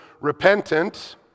repentant